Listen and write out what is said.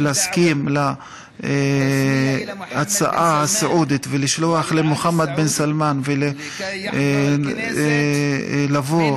להסכים להצעה הסעודית ולשלוח למוחמד בן סלמאן הזמנה לבוא